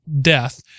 death